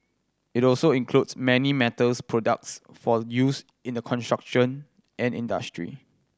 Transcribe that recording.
it also includes many metals products for use in the construction and industry